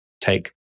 take